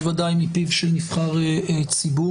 בוודאי מפיו של נבחר ציבור.